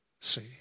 see